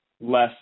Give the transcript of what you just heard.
less